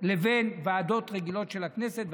לבין ועדות רגילות של הכנסת,